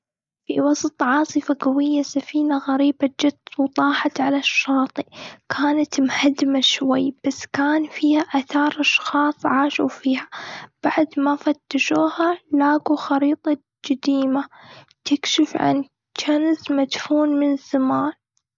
في وسط عاصفة قوية، سفينة غريبة جت وطاحت على الشاطئ. كانت مهدمة شوي، بس كان فيها آثار أشخاص عاشوا فيها. بعد ما فتشوها، لاقوا خريطة قديمة تكشف عن كنز مدفون من زمان.